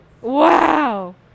wow